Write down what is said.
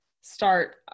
start